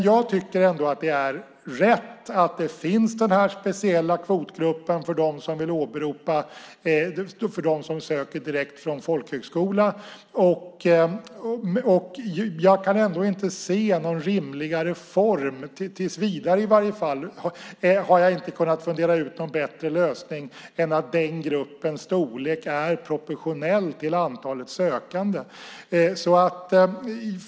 Jag tycker ändå att det är rätt att det finns en speciell kvotgrupp för dem som söker direkt från folkhögskola. Tills vidare har jag inte lyckats fundera ut någon bättre lösning än att den gruppens storlek är proportionell till antalet sökande.